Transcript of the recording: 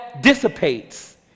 dissipates